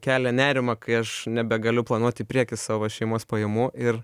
kelia nerimą kai aš nebegaliu planuot į priekį savo šeimos pajamų ir